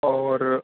اور